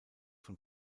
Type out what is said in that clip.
von